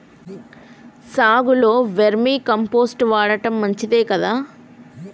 సాగులో vermicompost వాడటం మంచిదే కదా?